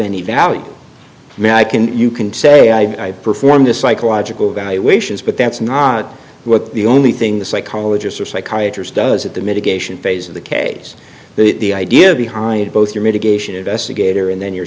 any value to me i can you can say i performed a psychological evaluations but that's not what the only thing the psychologist or psychiatrist does at the mitigation phase of the case that the idea behind both your mitigation investigator and then you